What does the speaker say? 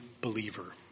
believer